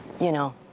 you know,